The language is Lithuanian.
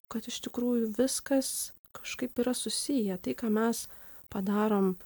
kad iš tikrųjų viskas kažkaip yra susiję tai ką mes padarom